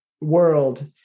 world